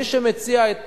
מי שמציע את